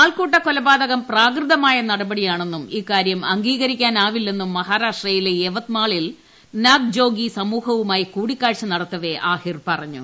ആൾക്കൂട്ട കൊലപാതകം പ്രാകൃതമായ നടപടിയാണെന്നും ഇക്കാര്യം അംഗീകരിക്കാനാവില്ലെന്നൂർ മഹാരാഷ്ട്രയിലെ യവത് മാളിൽ നാദ്ജോഗി സമൂഹവുമായി കൂടിക്കാഴ്ച നടത്തവെ ആഹിർ പറഞ്ഞു